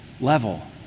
level